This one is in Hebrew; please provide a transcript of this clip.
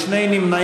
יש שני נמנעים.